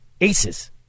Aces